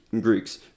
Greeks